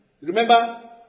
Remember